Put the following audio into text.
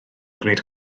gwneud